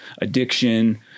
addiction